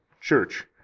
church